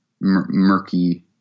murky